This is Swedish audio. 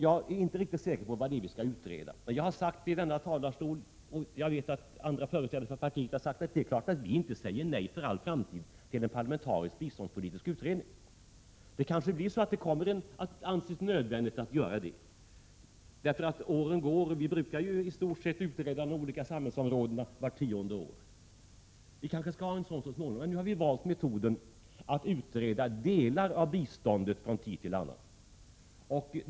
Jag är inte riktigt säker på vad det är vi skall utreda. Jag har sagt i denna talarstol, och jag vet att andra företrädare för partiet också har sagt det, att det är klart att vi inte säger nej för all framtid till en parlamentarisk biståndspolitisk utredning. Det blir kanske så att det anses nödvändigt att göra en sådan utredning. Åren går och vi brukar i stort sett utreda de olika samhällsområdena vart tionde år. Vi skall kanske ha en utredning så småningom, men nu har vi valt metoden att utreda delar av biståndet från tid till annan.